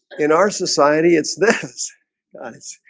in our society, it's this it's